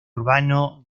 urbano